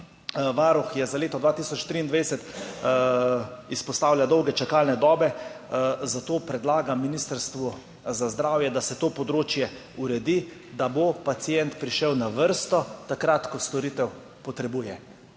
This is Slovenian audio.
Varuh za leto 2023 izpostavlja dolge čakalne dobe, zato predlaga Ministrstvu za zdravje, da se to področje uredi, da bo pacient prišel na vrsto takrat, ko storitev potrebuje.